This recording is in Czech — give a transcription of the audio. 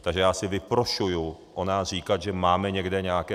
Takže já si vyprošuji o nás říkat, že máme někde nějaké...